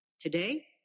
today